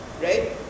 right